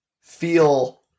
feel